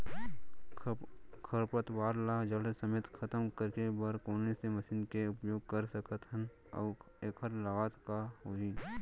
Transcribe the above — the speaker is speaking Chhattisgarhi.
खरपतवार ला जड़ समेत खतम करे बर कोन से मशीन के उपयोग कर सकत हन अऊ एखर लागत का होही?